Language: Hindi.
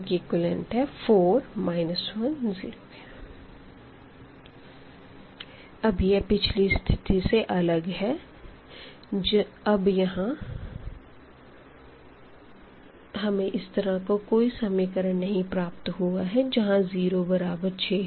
4 1 0 अब यह पिछली स्थिति से अलग है अब यहां हमें इस तरह का कोई इक्वेशन नहीं प्राप्त हुआ है जहां 0 बराबर 6 है